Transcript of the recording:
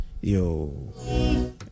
yo